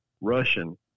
Russian